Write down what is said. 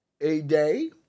A-Day